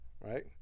right